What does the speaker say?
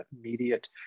immediate